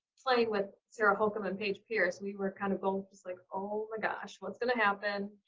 playing with sarah hokom and paige pierce, we were kind of going like oh my gosh. what's gonna happen?